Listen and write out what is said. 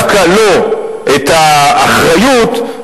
ואחריו,